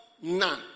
none